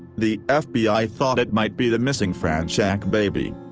the ah fbi thought it might be the missing fronczak baby.